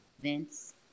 Vince